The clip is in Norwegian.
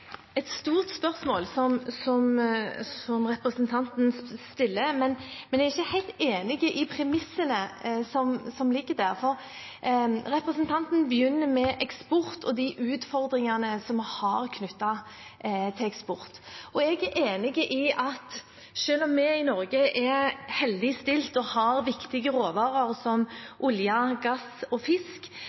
et stort spørsmål som representanten stiller, men jeg er ikke helt enig i premissene som ligger der. Representanten begynner med eksport og de utfordringene som vi har knyttet til eksport. Jeg er enig i at selv om vi i Norge er heldig stilt og har viktige råvarer som olje, gass og fisk,